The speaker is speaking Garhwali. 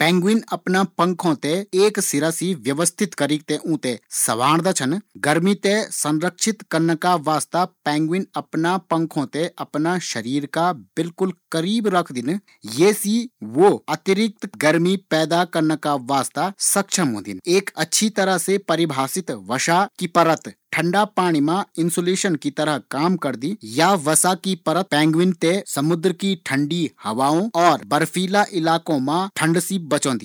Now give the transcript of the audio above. पेंगविन अपना पंखो ते शरीर का एक सिरा सी व्यवस्थित करदिन उन्ते सवारदना छन गर्मी ते बचोंण का वास्ता पेंगविन अपना पंखो ते अपना शरीर से बिलकुल स्टे कि रखदिन ये सी वो गर्मी थे भेर नी जाण दिंदिन।